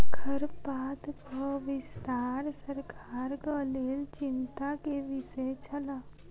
खरपातक विस्तार सरकारक लेल चिंता के विषय छल